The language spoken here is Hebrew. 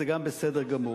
גם זה בסדר גמור.